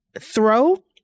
throw